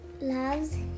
Loves